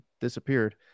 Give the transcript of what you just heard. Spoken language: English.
disappeared